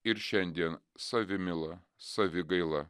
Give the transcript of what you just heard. ir šiandien savimila savigaila